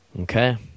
okay